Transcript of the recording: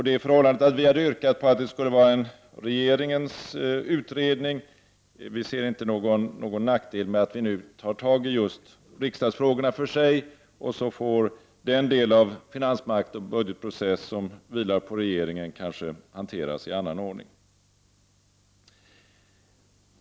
Det förhållandet att vi hade yrkat på att det skulle vara en regeringens utredning gör inte att vi ser någon nackdel med att riksdagsfrågorna behandlas för sig. Den del av finansmakten och budgetprocessen som vilar på regeringen kan kanske hanteras i annan ordning.